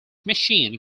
machine